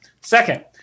Second